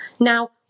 Now